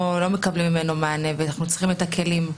מקבלים ממנו מענה ואנחנו צריכים את הכלים.